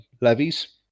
levies